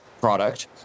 product